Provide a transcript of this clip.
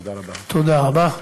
תודה רבה.